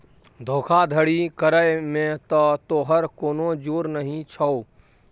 धोखाधड़ी करय मे त तोहर कोनो जोर नहि छौ